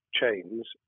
chains